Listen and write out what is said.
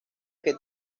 que